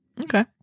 okay